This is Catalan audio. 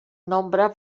nombre